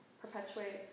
perpetuates